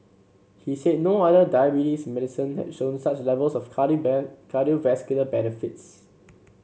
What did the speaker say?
he said no other diabetes medicine had shown such levels of cardiovascular benefits